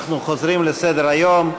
אנחנו חוזרים לסדר-היום.